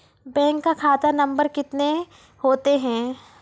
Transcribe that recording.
Bank का खाता number कितने होते हैं?